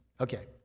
Okay